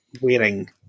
wearing